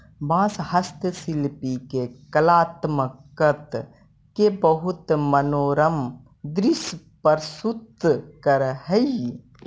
बाँस हस्तशिल्पि के कलात्मकत के बहुत मनोरम दृश्य प्रस्तुत करऽ हई